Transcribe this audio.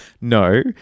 No